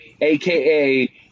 aka